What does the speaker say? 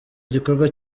igikorwa